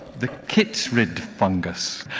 the chytrid fungus.